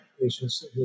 patients